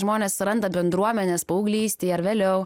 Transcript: žmonės randa bendruomenes paauglystėj ar vėliau